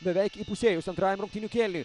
beveik įpusėjus antrajam rungtynių kėliniui